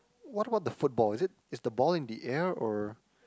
what about the football is it is the ball in the air or